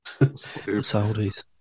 Saudis